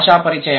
భాషా పరిచయం